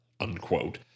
unquote